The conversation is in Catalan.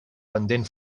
pendent